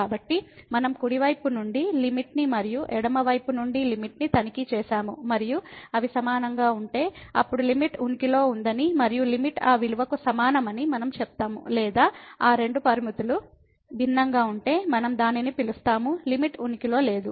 కాబట్టి మనం కుడి వైపు నుండి లిమిట్ ని మరియు ఎడమ వైపు నుండి లిమిట్ ని తనిఖీ చేసాము మరియు అవి సమానంగా ఉంటే అప్పుడు లిమిట్ ఉనికిలో ఉందని మరియు లిమిట్ ఆ విలువకు సమానమని మనం చెప్తాము లేదా ఆ రెండు పరిమితులు భిన్నంగా ఉంటే మనం దానిని పిలుస్తాము లిమిట్ ఉనికిలో లేదు